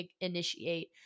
initiate